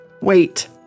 Wait